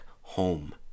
home